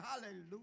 hallelujah